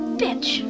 bitch